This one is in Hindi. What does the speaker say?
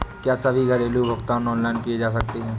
क्या सभी घरेलू भुगतान ऑनलाइन किए जा सकते हैं?